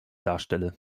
darstelle